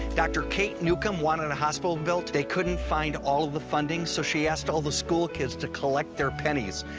dr. kate newcomb wanted a hospital built. they couldn't find all the funding so she asked all the school kids to collect their pennies.